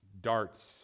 darts